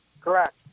Correct